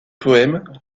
poèmes